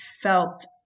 felt